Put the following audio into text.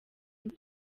mbi